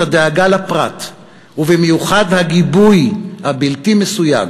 הדאגה לפרט ובמיוחד הגיבוי הבלתי מסויג